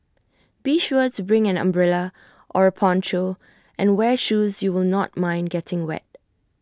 be sure to bring an umbrella or A poncho and wear shoes you will not mind getting wet